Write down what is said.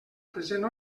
present